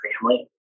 family